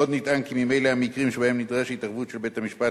עוד נטען כי ממילא המקרים שבהם נדרשת התערבות של בית-המשפט